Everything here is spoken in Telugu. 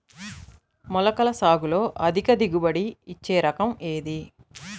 మొలకల సాగులో అధిక దిగుబడి ఇచ్చే రకం ఏది?